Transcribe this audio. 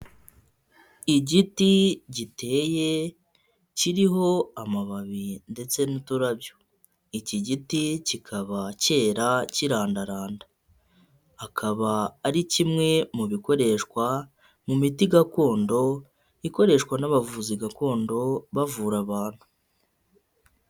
Igiti giteye kiriho amababi ndetse n'uturabyo, iki giti kikaba cyera kirandaranda, akaba ari kimwe mu bikoreshwa mu miti gakondo ikoreshwa n'abavuzi gakondo bavura abantu.